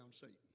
Satan